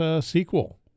sequel